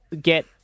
get